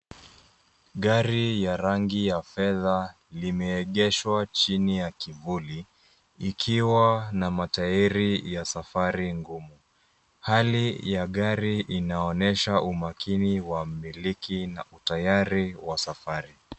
Gari ya rangi ya fedha limeegeshwa chini ya kivuli ikiwa na mataili ya safari gumu. Hali ya gari inaonyesha umakini wa umiliki na utayari wa safari.